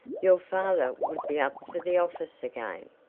your father would be up for the office again.